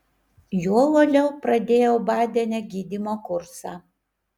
juo uoliau pradėjau badene gydymo kursą